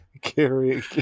carry –